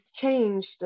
changed